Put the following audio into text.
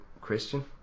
Christian